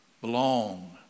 Belong